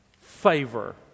favor